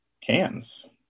cans